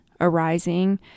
arising